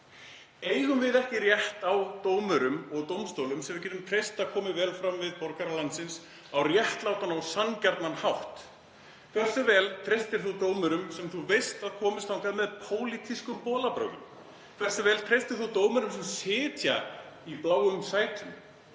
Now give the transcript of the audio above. Eigum við ekki rétt á dómurum og dómstólum sem við getum treyst að komi vel fram við borgara landsins og á réttlátan og sanngjarnan hátt? Hversu vel treystir þú dómurum sem þú veist að komust í dómarasæti með pólitískum bolabrögðum? Hversu vel treystir þú dómurum sem sitja í bláum sætum?